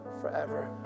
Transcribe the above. forever